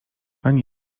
ani